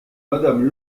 madame